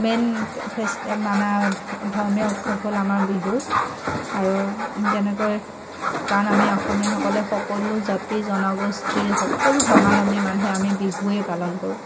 main festival মানে ধৰ্মীয় উৎসৱ হ'ল আমাৰ বিহু আৰু তেনেকৈ কাৰণ আমি অসমীয়াসকলে সকলো জাতি জনগোষ্ঠীৰ সকলো ধৰ্মাৱলম্বী মানুহে আমি বিহুৱেই পালন কৰোঁ